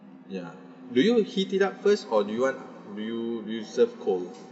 ya do you heat it up first or do you want do you do you serve cold